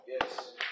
Yes